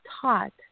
taught